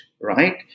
right